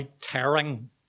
tearing